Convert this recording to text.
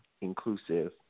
inclusive